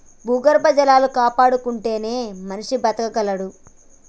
భూగర్భ జలాలు కాపాడుకుంటేనే మనిషి బతకగలడు